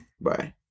Bye